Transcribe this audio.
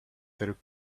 their